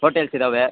hotels ಇದಾವೆ